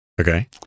Okay